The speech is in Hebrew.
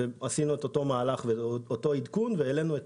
עשינו את אותו מהלך והעלנו את הרף המינימלי והעלנו את